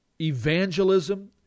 evangelism